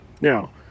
Now